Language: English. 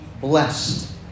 blessed